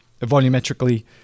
volumetrically